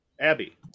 Abby